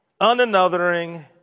unanothering